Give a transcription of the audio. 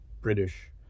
British